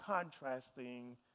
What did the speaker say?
contrasting